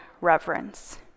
reverence